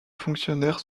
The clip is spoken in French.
fonctionnaires